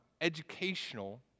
educational